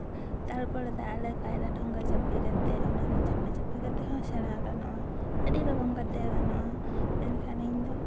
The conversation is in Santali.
ᱛᱟᱨᱯᱚᱨᱮ ᱫᱟᱜ ᱞᱮᱠᱷᱟᱡ ᱫᱚ ᱰᱷᱚᱸᱜᱟ ᱨᱮ ᱪᱟᱯᱮ ᱠᱟᱛᱮ ᱚᱱᱟ ᱨᱮ ᱪᱟᱯᱮ ᱪᱟᱯᱮ ᱠᱟᱛᱮ ᱦᱚᱸ ᱥᱮᱬᱟ ᱜᱟᱱᱚᱜᱼᱟ ᱟᱹᱰᱤ ᱨᱚᱠᱚᱢ ᱠᱟᱛᱮ ᱜᱟᱱᱚᱜᱼᱟ ᱢᱮᱱᱠᱷᱟᱱ ᱤᱧ ᱫᱚ